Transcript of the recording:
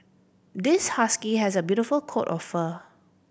this husky has a beautiful coat of fur